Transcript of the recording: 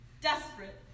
desperate